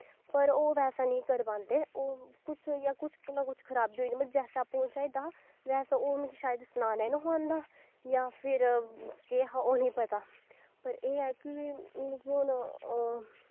पर ओह् बैसा नी करी पांदे ओह् कुछ होइया कुछ खराबी होई मतलव जैसा अप्पू चाही दा हा बैसा ओह् मिगी शायद मिगी सनानै नेंई हा औंदा जां फिर केह् हा ओह् नी पता पर एह् ऐ कि हून जियां हून